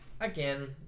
Again